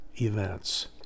events